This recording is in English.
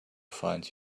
find